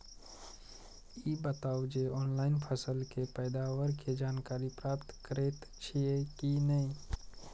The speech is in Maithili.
ई बताउ जे ऑनलाइन फसल के पैदावार के जानकारी प्राप्त करेत छिए की नेय?